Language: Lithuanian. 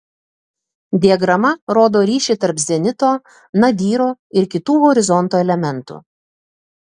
diagrama rodo ryšį tarp zenito nadyro ir kitų horizonto elementų